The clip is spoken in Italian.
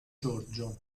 giorgio